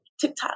TikTok